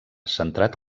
centrat